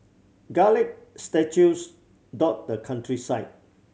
garlic statues dot the countryside